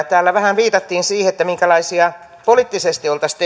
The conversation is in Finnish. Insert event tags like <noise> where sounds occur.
<unintelligible> täällä vähän viitattiin siihen minkälaisia asioita poliittisesti oltaisiin <unintelligible>